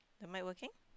the mic working